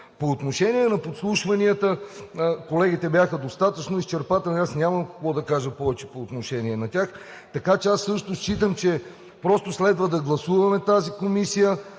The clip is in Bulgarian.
По отношение на подслушванията. Колегите бяха достатъчно изчерпателни и аз нямам какво да кажа повече по отношение на тях, така че аз също считам, че следва да гласуваме тази комисия,